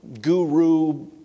guru